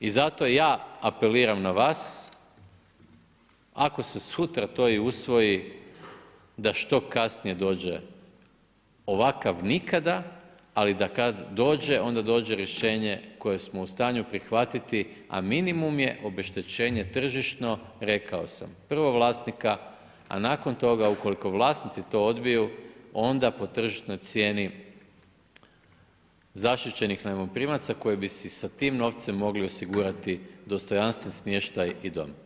I zato ja apeliram na vas ako se sutra to i usvoji da što kasnije dođe, ovakav nikada, ali da kada dođe onda dođe rješenje koje smo u stanju prihvatiti a minimum je obeštećenje tržišno, rekao sam, prvo vlasnika a nakon toga ukoliko vlasnici to odbiju onda po tržišnoj cijeni zaštićenih najmoprimaca koji bi si sa tim novcem mogli osigurati dostojanstven smještaj i dom.